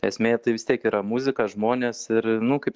esmė tai vis tiek yra muzika žmonės ir nu kaip